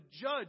judge